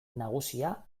nagusia